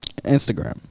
Instagram